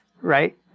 Right